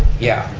yeah,